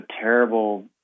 terrible